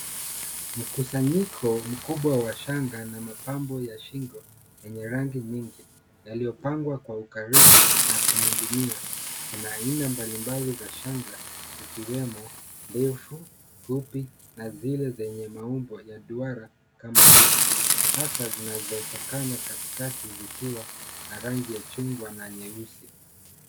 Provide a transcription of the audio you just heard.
Mkusanyiko mkubwa wa shanga na mapambo ya shingo yenye rangi nyingi, yaliyopangwa kwa ukaribu na kuning'inia. Kuna aina mbalimbali za shanga zikiwemo; ndefu, fupi na zile zenye maumbo ya duara kama disk hasa zinazotokana katikati zikiwa na rangi ya chungwa na nyeusi.